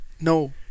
No